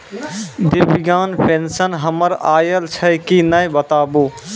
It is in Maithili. दिव्यांग पेंशन हमर आयल छै कि नैय बताबू?